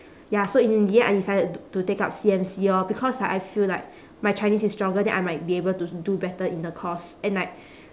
ya so in the end I decided t~ to take up C_M_C lor because like I feel like my chinese is stronger then I might be able to do better in the course and like